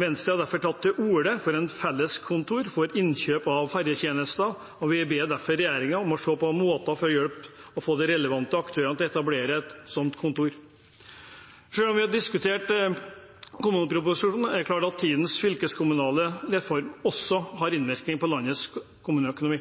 Venstre har derfor tatt til orde for et felles kontor for innkjøp av ferjetjenester, og vi ber regjeringen se på måter for å hjelpe de relevante aktørene til å etablere et slikt kontor. Selv om vi har diskutert kommuneproposisjonen, er det klart at tidenes fylkeskommunale reform også har innvirkning på landets kommuneøkonomi.